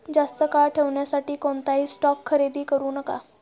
जास्त काळ ठेवण्यासाठी कोणताही स्टॉक खरेदी करू नका